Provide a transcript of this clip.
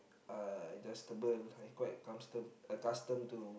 uh adjustable like quite custom accustomed to